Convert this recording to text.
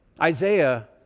Isaiah